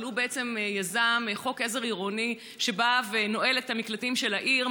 אבל הוא בעצם יזם חוק עזר עירוני שבא ונועל את המקלטים של העיר,